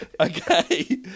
Okay